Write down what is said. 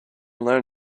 learn